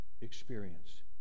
experience